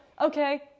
okay